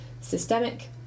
Systemic